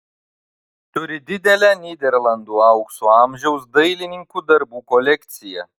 turi didelę nyderlandų aukso amžiaus dailininkų darbų kolekciją